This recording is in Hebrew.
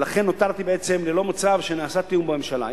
ולכן נותרתי בעצם ללא מצב שנעשה תיאום בממשלה.